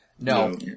No